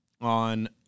on